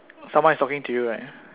someone is talking to you right